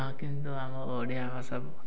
ଆଉ କିନ୍ତୁ ଆମ ଓଡ଼ିଆ ଭାଷାକୁ